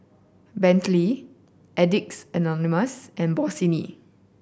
Bentley Addicts Anonymous and Bossini